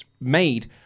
made